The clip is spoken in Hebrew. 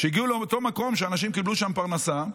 שהגיעו לאותו מקום שאנשים קיבלו שם פרנסה,